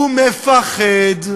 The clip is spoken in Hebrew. הוא מפחד.